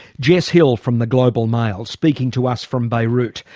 jess hill from the global mail speaking to us from beirut.